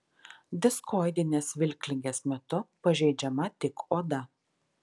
diskoidinės vilkligės metu pažeidžiama tik oda